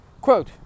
Quote